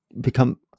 become